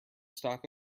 stalk